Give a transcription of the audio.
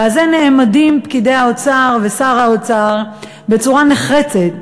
ועל זה נעמדים פקידי האוצר ושר האוצר בצורה נחרצת,